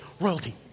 royalty